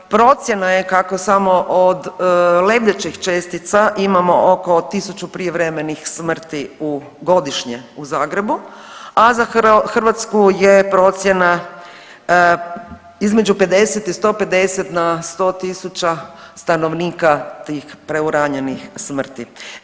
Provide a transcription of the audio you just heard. Procjena je kako samo od lebdećih čestica imamo oko 1.000 prijevremenih smrti u, godišnje u Zagrebu, a za Hrvatsku je procjena između 50 i 150 na 100.000 stanovnika tih preuranjenih smrti.